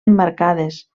emmarcades